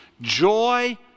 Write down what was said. Joy